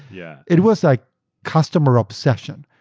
yeah it was like customer obsession.